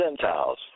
Gentiles